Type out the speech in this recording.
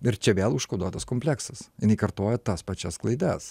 ir čia vėl užkoduotas kompleksas jinai kartoja tas pačias klaidas